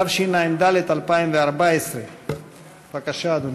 התשע"ד 2014. בבקשה, אדוני.